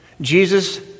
Jesus